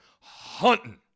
hunting